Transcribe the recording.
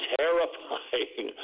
terrifying